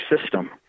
system